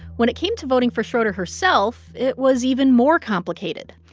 when it came to voting for schroeder herself, it was even more complicated.